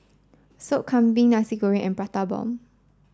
Sop Kambing Nasi Goreng and Prata Bomb